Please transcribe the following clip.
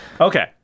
Okay